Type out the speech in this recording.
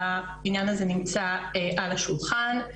העניין הזה נמצא על השולחן,